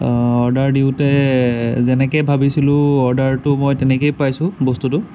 order দিওঁতে যেনেকে ভাবিছিলোঁ অৰ্ডাৰটো মই তেনেকে পাইছোঁ বস্তুটো